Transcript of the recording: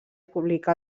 publicà